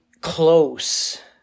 close